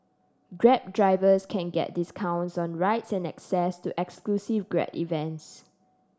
drab drivers can get discounts on rides and access to exclusive Grab events